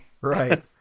Right